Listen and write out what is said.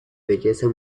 belleza